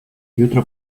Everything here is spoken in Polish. jutro